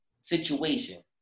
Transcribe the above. situation